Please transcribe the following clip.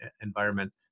environment